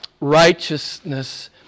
righteousness